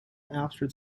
after